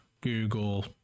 Google